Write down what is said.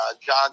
John